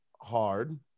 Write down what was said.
hard